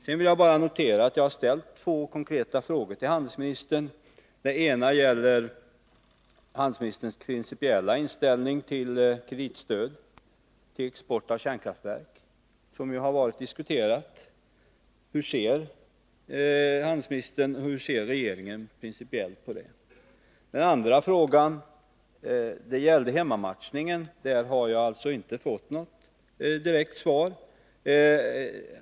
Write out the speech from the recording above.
Jag vill vidare bara notera att jag har ställt två konkreta frågor till handelsministern. Den ena gällde handelsministerns principiella inställning till kreditstöd till export av kärnkraftverk, som ju har diskuterats. Hur ser handelsministern och regeringen principiellt på det? Den andra frågan gällde hemmamatchningen. Där har jag inte fått något direkt svar.